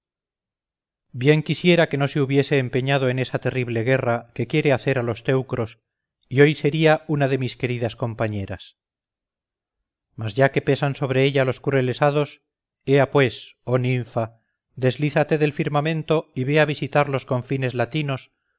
bien quisiera que no se hubiese empeñado en esa terrible guerra que quiere hacer a los teucros y hoy sería una de mis queridas compañeras mas ya que pesan sobre ella los crueles hados ea pues oh ninfa deslízate del firmamento y ve a visitar los confines latinos